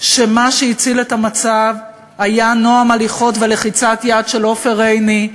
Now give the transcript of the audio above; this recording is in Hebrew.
שמה שהציל את המצב היה נועם הליכות ולחיצת יד של עופר עיני,